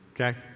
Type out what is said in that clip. Okay